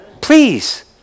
please